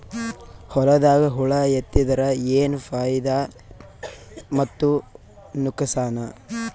ಹೊಲದಾಗ ಹುಳ ಎತ್ತಿದರ ಏನ್ ಫಾಯಿದಾ ಮತ್ತು ನುಕಸಾನ?